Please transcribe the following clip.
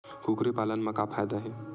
कुकरी पालन म का फ़ायदा हे?